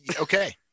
okay